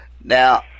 Now